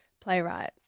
playwright